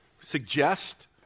suggest